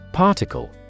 Particle